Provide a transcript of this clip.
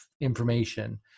information